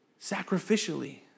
sacrificially